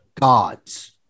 gods